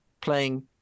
playing